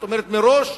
זאת אומרת, מראש